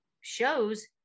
shows